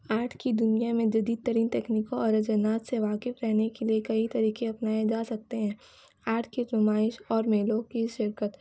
art کی دنیا میں جدید ترین تکیکنیکوں اور رجحانات سے واقف رہنے کے لیے کئی طریقے اپنائے جا سکتے ہیں آرٹ کی نمائش اور میلوں کی شرکت